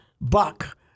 buck